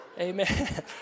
Amen